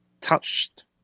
touched